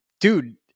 dude